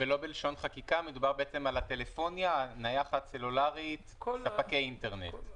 ולא בלשון חקיקה מדובר על הטלפוניה הנייחת והסלולרית וספקי אינטרנט.